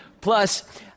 Plus